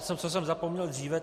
Jenom co jsem zapomněl dříve.